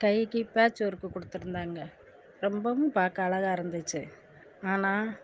கைக்கு patch work கொடுத்துருந்தாங்க ரொம்பவும் பார்க்க அழகாக இருந்துச்சு ஆனால்